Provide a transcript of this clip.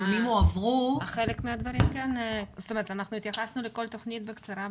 חלק מהדברים אנחנו התייחסנו לכל תכנית בקצרה.